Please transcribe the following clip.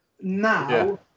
now